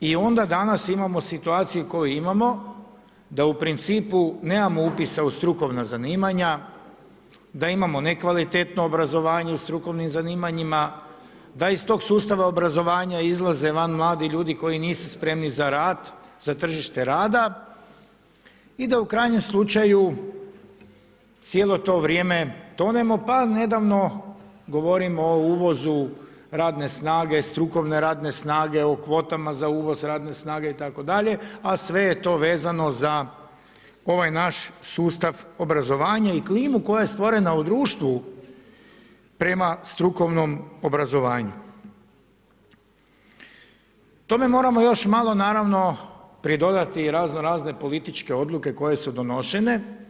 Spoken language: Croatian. I onda danas imamo situacije koje imamo da u principu nemamo upisa u strukovna zanimanja, da imamo nekvalitetno obrazovanje i strukovnih zanimanja, da iz tog sustava obrazovanja izlaze van mladi ljudi koji nisu spremni za rad, za tržište rada i da u krajnjem slučaju cijelo to vrijeme tonemo pa nedavno govorimo o uvozu radne snage, strukovne radne snage u kvotama za uvoz radne snage itd., a sve je to vezano za ovaj naš sustav obrazovanja i klimu koja je stvorena u društvu prema strukovnom obrazovanju, tome moramo još malo naravno pridodati razno-razne političke odluke koje su donošene.